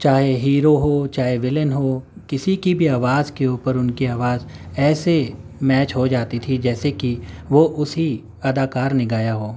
چاہے ہیرو ہو چاہے ویلن ہو کسی کی بھی آواز کے اوپر ان کی آواز ایسے میچ ہوجاتی تھی جیسے کہ وہ اسی اداکار نے گایا ہو